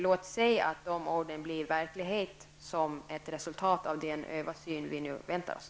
Låt se att de orden blir verklighet som ett resultat av den översyn som vi nu väntar oss.